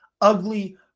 ugly